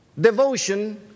Devotion